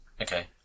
Okay